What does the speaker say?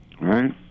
Right